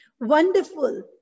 wonderful